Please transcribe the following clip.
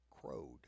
crowed